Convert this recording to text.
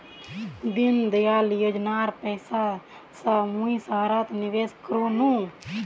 दीनदयाल योजनार पैसा स मुई सहारात निवेश कर नु